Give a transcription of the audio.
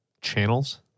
channels